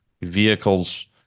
vehicles